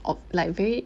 of like very